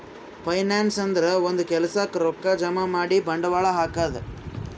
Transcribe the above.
finance ಅಂದ್ರ ಒಂದ್ ಕೆಲ್ಸಕ್ಕ್ ರೊಕ್ಕಾ ಜಮಾ ಮಾಡಿ ಬಂಡವಾಳ್ ಹಾಕದು